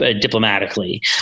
diplomatically